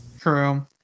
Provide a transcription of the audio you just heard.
true